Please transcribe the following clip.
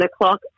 o'clock